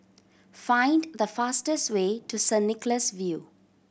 find the fastest way to Saint Nicholas View